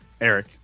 Eric